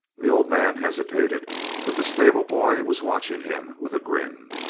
the old man hesitated but the stable boy was watching him with a grin.